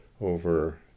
over